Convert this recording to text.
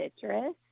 Citrus